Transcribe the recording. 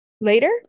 later